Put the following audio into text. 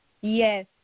Yes